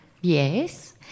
yes